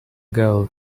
girl